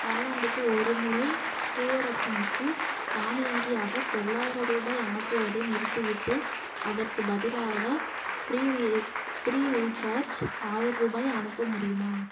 காலாண்டுக்கு ஒருமுறை பூவரசனுக்கு தானியங்கியாக தொள்ளாயிரம் ரூபாய் அனுப்புவதை நிறுத்திவிட்டு அதற்கு பதிலாக ப்ரீ ரீ ப்ரீ ரீசார்ஜ் ஆயிர ரூபாய் அனுப்ப முடியுமா